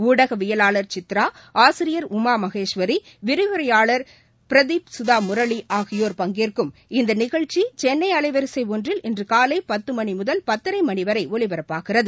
ஊடகவியலாளர் சித்ரா ஆசிரியர் உமா மகேஸ்வரி விரிவுரையாளர் பிரதீப் சுதா முரளி ஆகியோர் பங்கேற்கும் இந்த நிகழ்ச்சி சென்னை அலைவரிசை ஒன்றில் இன்று காலை பத்து மணி முதல் பத்தரை மணி வரை ஒலிபரப்பாகிறது